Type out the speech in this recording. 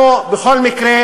אנחנו בכל מקרה